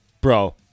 Bro